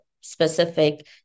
specific